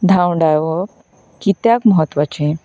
धांवडावप कित्याक म्हत्वाचें